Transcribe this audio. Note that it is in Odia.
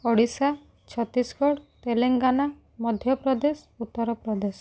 ଓଡ଼ିଶା ଛତିଶଗଡ଼ ତେଲେଙ୍ଗାନା ମଧ୍ୟପ୍ରଦେଶ ଉତ୍ତରପ୍ରଦେଶ